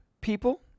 people